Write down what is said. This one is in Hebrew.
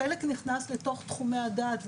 חלק נכנס לתוך תחומי הדעת,